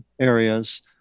areas